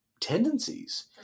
Tendencies